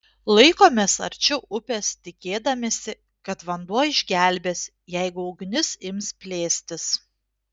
laikomės arčiau upės tikėdamiesi kad vanduo išgelbės jeigu ugnis ims plėstis